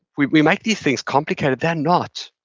we we make these things complicated. they're not.